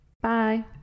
Bye